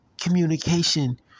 communication